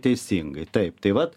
teisingai taip tai vat